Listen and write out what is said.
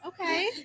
okay